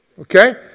Okay